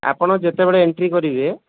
ଆପଣ ଯେତେବେଳେ ଏଣ୍ଟ୍ରି କରିବେ